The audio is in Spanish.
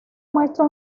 muestra